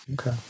Okay